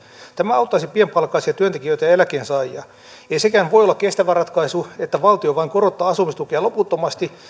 tämä auttaisi pienipalkkaisia työntekijöitä ja eläkkeensaajia ei sekään voi olla kestävä ratkaisu että valtio vain korottaa asumistukea loputtomasti